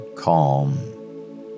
Calm